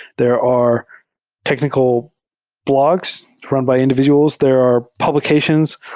there are technical blogs run by individuals. there are publications,